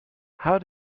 how